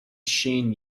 shane